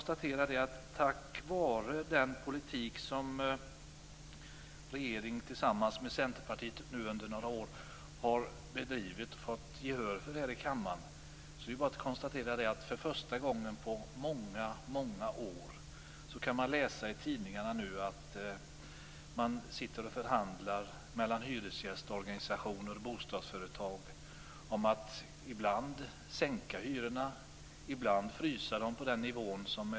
Tack vare den politik som regeringen tillsammans med Centerpartiet nu under några år har bedrivit och fått gehör för här i kammaren kan man nu för första gången på många, många år läsa i tidningarna att det pågår förhandlingar mellan hyresgästorganisationer och bostadsföretag. Ibland handlar det om att sänka hyrorna och ibland om att frysa dem på årets nivå.